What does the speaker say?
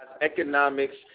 economics